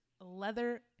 leather